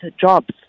jobs